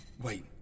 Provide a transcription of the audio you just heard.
Wait